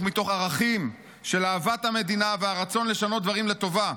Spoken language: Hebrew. מתוך ערכים של אהבת המדינה והרצון לשנות דברים לטובה.